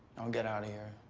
i'll get out of here.